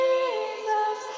Jesus